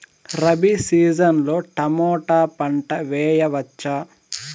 Rabi season లో tomato పంట వేయవచ్చా?